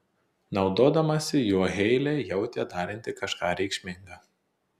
naudodamasi juo heilė jautė daranti kažką reikšminga